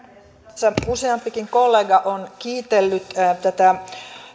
tässä useampikin kollega on kiitellyt näitä